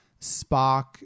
Spock